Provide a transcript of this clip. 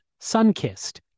Sunkissed